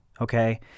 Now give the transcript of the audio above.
okay